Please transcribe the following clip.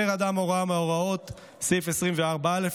הפר אדם הוראה מהוראות סעיף 24(א),